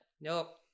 nope